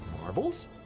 marbles